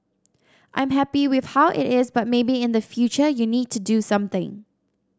I'm happy with how it is but maybe in the future you need to do something